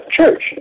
church